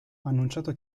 annunciato